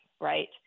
right